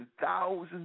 thousands